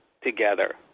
together